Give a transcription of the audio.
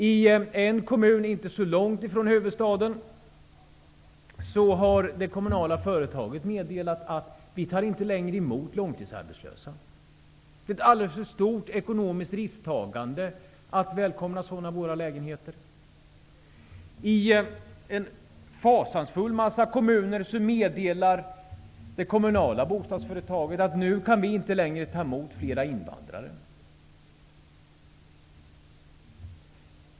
I en kommun som inte ligger så långt från huvudstaden har det kommunala bostadsföretaget meddelat att långtidsarbetslösa inte längre tas emot. Det är ett alldeles för stort risktagande att välkomna sådana i våra lägenheter, säger man. I väldigt många kommuner meddelar det kommunala bostadsföretaget att man inte längre kan ta emot fler invandrare.